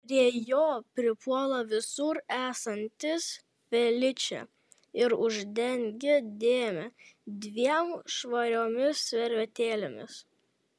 prie jo pripuola visur esantis feličė ir uždengia dėmę dviem švariomis servetėlėmis